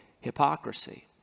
hypocrisy